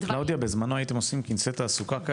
קלאודיה בזמנו הייתם עושים כנסי תעסוקה.